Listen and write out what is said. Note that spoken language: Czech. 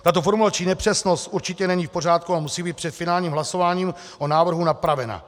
Tato formulační nepřesnost určitě není v pořádku a musí být před finálním hlasováním o návrhu napravena.